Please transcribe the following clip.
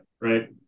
right